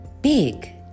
Big